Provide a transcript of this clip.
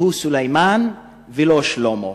שהוא סולימאן ולא שלמה.